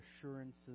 assurances